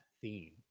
theme